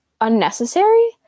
unnecessary